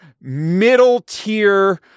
middle-tier